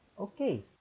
Okay